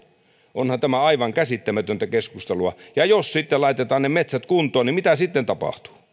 onhan tämä aivan käsittämätöntä keskustelua ja jos sitten laitetaan ne metsät kuntoon niin mitä sitten tapahtuu